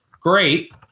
great